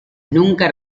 nunca